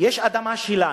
יש אדמה שלנו,